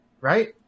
Right